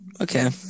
Okay